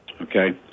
Okay